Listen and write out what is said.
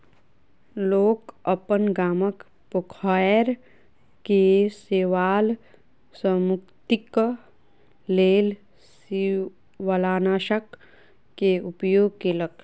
लोक अपन गामक पोखैर के शैवाल सॅ मुक्तिक लेल शिवालनाशक के उपयोग केलक